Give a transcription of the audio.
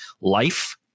life